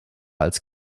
als